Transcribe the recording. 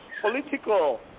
political